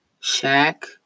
Shaq